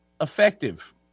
effective